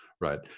right